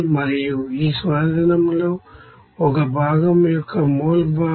మరియు ఈ స్వేదనంలో ఒక భాగం యొక్క మోల్ భాగం 0